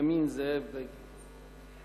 בנימין זאב בגין.